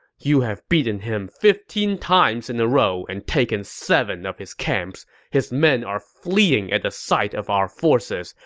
you have beaten him fifteen times in a row and taken seven of his camps. his men are fleeing at the sight of our forces.